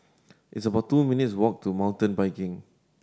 it's about two minutes' walk to Mountain Biking